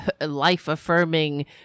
life-affirming